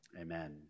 amen